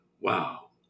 Wow